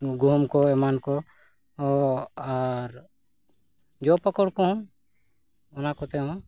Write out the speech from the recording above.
ᱜᱩᱦᱩᱢ ᱠᱚ ᱮᱢᱟᱱ ᱠᱚ ᱟᱨ ᱡᱚ ᱯᱟᱠᱚᱲ ᱠᱚᱦᱚᱸ ᱚᱱᱟ ᱠᱚᱛᱮ ᱦᱚᱸ